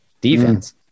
defense